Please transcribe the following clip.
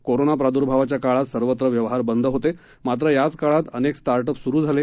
कोरोनाप्रादूर्भावाच्याकाळात सर्वत्रव्यवहारबंदहोते मात्रयाचकाळातअनेकस्टार्टअपहीसुरुझाले